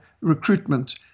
recruitment